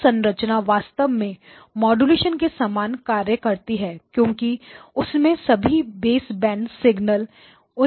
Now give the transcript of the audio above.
यह संरचना वास्तव में माड्यूलेशन के समान कार्य करती है क्योंकि उसमें सभी बेस बैंड सिग्नल है